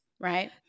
right